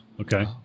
Okay